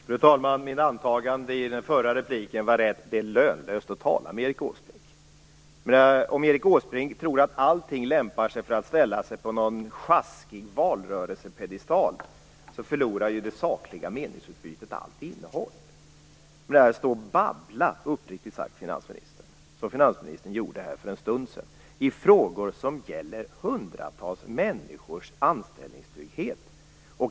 Fru talman! Mitt antagande i den förra repliken var riktigt. Det är lönlöst att tala med Erik Åsbrink. Om Erik Åsbrink tror att det i alla frågor är lämpligt att ställa sig på någon sjaskig valrörelsepiedestal, förlorar det sakliga meningsutbytet allt innehåll. Det som finansministern gjorde för en stund sedan var, uppriktigt sagt, att han babblade i frågor som gäller hundratals människors anställningstrygghet.